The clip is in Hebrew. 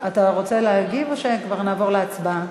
אתה רוצה להגיב או שנעלה להצבעה?